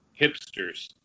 Hipsters